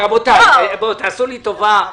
רבותיי, תעשו לי טובה,